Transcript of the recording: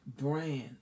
brand